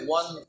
one